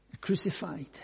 crucified